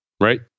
Right